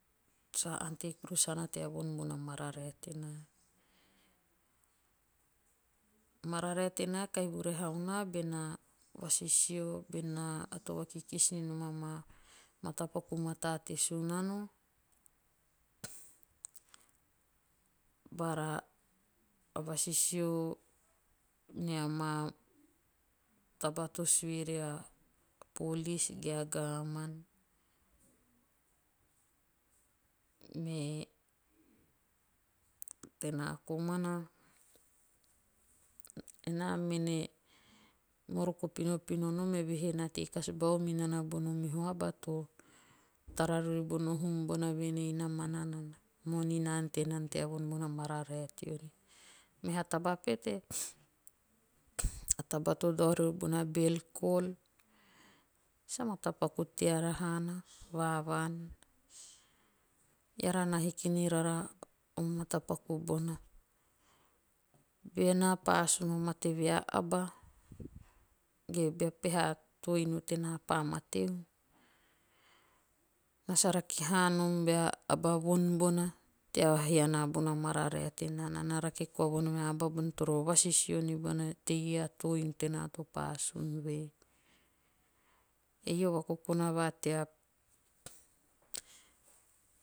Sa ante kurus haana tea von bona mararae tenaa. A mararae tenaa kahi vuraheu naa benaa. vasisio benaa ato vakikis ninom amaa matapaku mataa te sunono. bara vasisio nia ma taba to sue ria'police'ge government'me enaa komana. enaa mene moroko pinopino nom. eve he na tei kas bau minana bono meho aba to tara rori bono hum bona vuen ei na mana nana. moni na ante nana tea von bona mararae teori. Meha taba pete. a taba to dao riori bana'belkol'sa matapaku teara haana va vaan. Eara na hiki niraara o matapaku bona. Benaa pa asun vamate vue a aba. ge bea peha to inu tena pa mateu. naa a rake haanom bea aba von bona tea hee anaa bona toro vasisio bone teie a too inu tenaa to pa asun vue. Ei o vakokona va tea